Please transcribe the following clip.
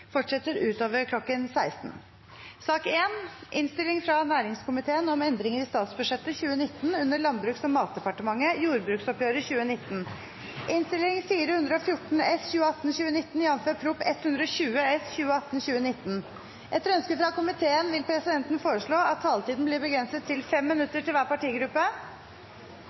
fortsetter utover kl. 16. Etter ønske fra næringskomiteen vil presidenten foreslå at taletiden blir begrenset til 5 minutter til hver partigruppe